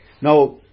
Now